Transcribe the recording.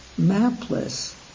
mapless